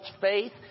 faith